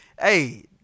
Hey